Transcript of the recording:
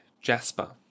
Jasper